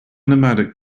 nomadic